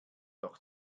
doch